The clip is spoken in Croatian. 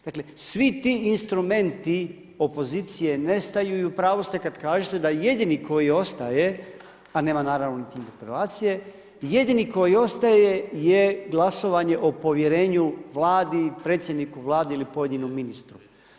Dakle, svi ti instrumenti opozicije nestaju i u pravu ste kada kažete da jedini koji ostaje, a nema naravno interpelacije jedini koji ostaje je glasovanje o povjerenju Vladi i predsjedniku Vlade ili pojedinom ministru.